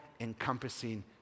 encompassing